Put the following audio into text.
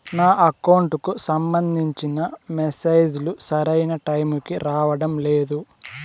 నా అకౌంట్ కు సంబంధించిన మెసేజ్ లు సరైన టైము కి రావడం లేదు